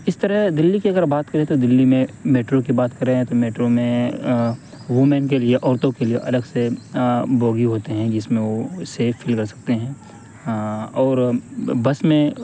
اس طرح دہلی کی اگر بات کریں تو دہلی میں میٹرو کی بات کریں تو میٹرو میں وومن کے لیے عورتوں کے لیے الگ سے بوگی ہوتے ہیں جس میں وہ سیف فیل کر سکتے ہیں اور بس میں